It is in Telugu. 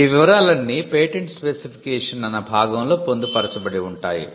ఈ వివరాలన్నీ పేటెంట్ స్పెసిఫికేషన్ అన్న భాగంలో పొందుపరచబడి ఉంటాయి